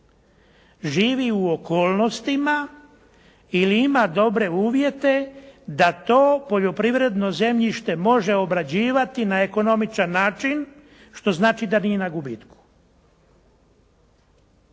živi u okolnostima ili ima dobre uvjete da to poljoprivredno zemljište može obrađivati na ekonomičan način što znači da nije na gubitku.